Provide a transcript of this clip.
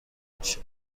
میشه